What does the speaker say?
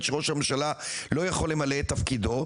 שראש הממשלה לא יכול למלא את תפקידו,